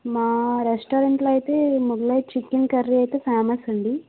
మా రెస్టారెంట్లో అయితే మొగలై చికెన్ కర్రీ అయితే ఫేమస్ అండి